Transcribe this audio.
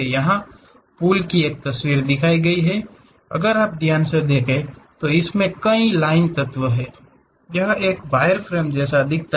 यहां पुल की एक तस्वीर दिखाई गई है अगर आप ध्यान से देखें तो इसमें कई लाइन तत्व हैं यह एक वायरफ्रेम जैसा दिखता है